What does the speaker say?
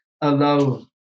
alone